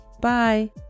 Bye